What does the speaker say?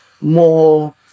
more